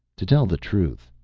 to tell the truth,